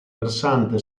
versante